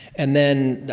and then,